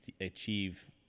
achieve